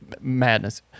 madness